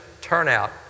turnout